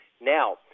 Now